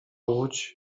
łódź